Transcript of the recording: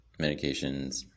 medications